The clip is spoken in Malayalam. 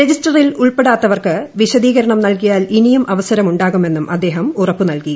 രജിസ്റ്ററിൽ ഉൾപ്പെടാത്തവർക്ക് വിശദീകരണം നൽകിയാൽ ഇനിയും അവസരമുണ്ടാകുമെന്നും അദ്ദേഹം ഉറപ്പ് നൽകി